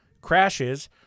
crashes